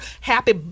happy